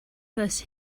first